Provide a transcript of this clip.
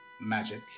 magic